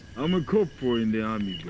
i'm a corporal in the army